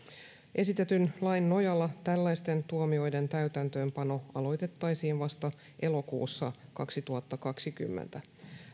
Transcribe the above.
esitetyn lain nojalla tällaisten tuomioiden täytäntöönpano aloitettaisiin vasta elokuussa kaksituhattakaksikymmentä